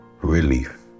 relief